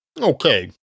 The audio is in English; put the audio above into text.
Okay